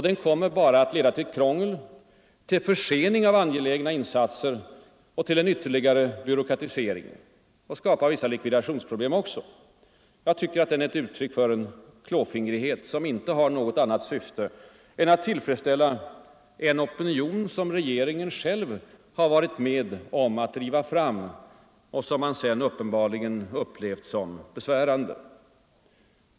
Den kommer bara att leda till krångel, till försening av angelägna insatser och till en ytterligare byråkratisering. Den kommer också att skapa vissa likviditetsproblem. Den är ett uttryck för en klåfingrighet som inte har något annat syfte än att tillfredsställa en opinion, som regeringen själv har varit med om att driva fram men som man nu uppenbarligen upplever som besvärande.